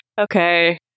okay